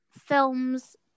films